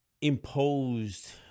imposed